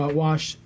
wash